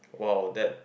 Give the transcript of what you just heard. !wow! that